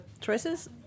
choices